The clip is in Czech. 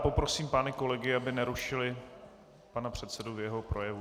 Poprosím pány kolegy, aby nerušili pana předsedu v jeho projevu.